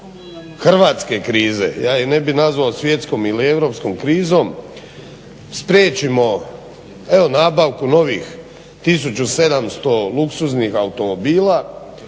hrvatske krize, ja je ne bih nazvao svjetskom ili europskom krizom, spriječimo evo nabavku novih 1700 luksuznih automobila,